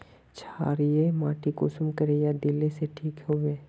क्षारीय माटी कुंसम करे या दिले से ठीक हैबे?